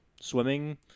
Swimming